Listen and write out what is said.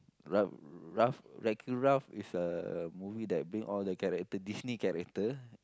Ralph Ralph Wreck-It-Ralph is a a movie that bring all the character Disney character